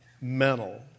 mental